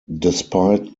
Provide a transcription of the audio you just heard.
despite